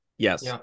Yes